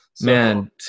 man